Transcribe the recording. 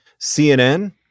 CNN